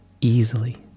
easily